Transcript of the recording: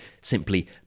simply